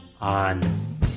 on